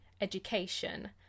education